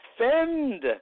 defend